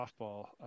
softball